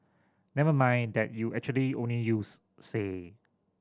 never mind that you actually only used say